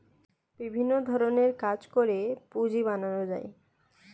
বিভিন্ন ধরণের কাজ করে পুঁজি বানানো যায়